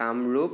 Kamrup